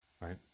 Right